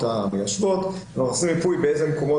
המיישבות אנחנו עושים מיפוי באיזה מקומות,